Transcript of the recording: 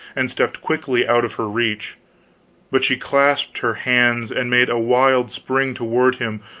and stepped quickly out of her reach but she clasped her hands, and made a wild spring toward him,